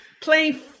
play